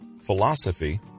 philosophy